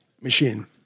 Machine